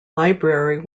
library